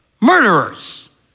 murderers